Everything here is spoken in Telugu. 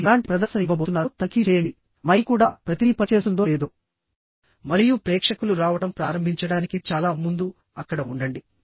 మీరు ఎలాంటి ప్రదర్శన ఇవ్వబోతున్నారో తనిఖీ చేయండి మైక్ కూడాప్రతిదీ పనిచేస్తుందో లేదో మరియు ప్రేక్షకులు రావడం ప్రారంభించడానికి చాలా ముందు అక్కడ ఉండండి